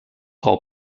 frau